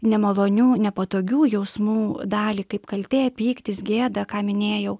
nemalonių nepatogių jausmų dalį kaip kaltė pyktis gėda ką minėjau